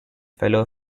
fellow